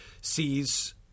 sees